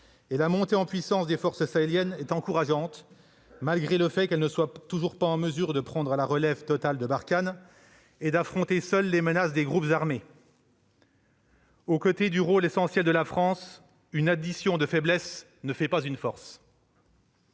la montée en puissance des forces sahéliennes est encourageante, bien que celles-ci ne soient toujours pas en mesure de prendre la relève intégrale de Barkhane et d'affronter seules la menace des groupes armés. Au côté du rôle essentiel de la France, une addition de faiblesses ne fait pas une force.